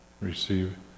receive